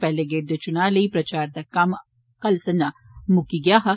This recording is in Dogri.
पैहले गेड़ दे चुनां लेई प्रचार दा कम्म कल संझां मुक्की गेआ हा